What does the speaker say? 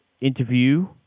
interview